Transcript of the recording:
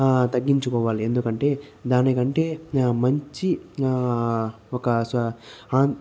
తగ్గించుకోవాలి ఎందుకంటే దానికంటే మంచి ఒక శ్వా ఆ